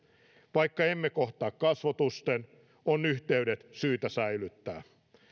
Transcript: vaikka emme kohtaa kasvotusten on yhteydet syytä säilyttää